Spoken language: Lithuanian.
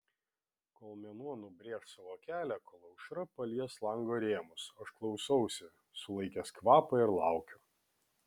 kol mėnuo nubrėš savo kelią kol aušra palies lango rėmus aš klausausi sulaikęs kvapą ir laukiu